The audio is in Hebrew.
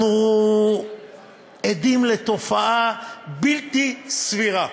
אנחנו עדים לתופעה בלתי סבירה,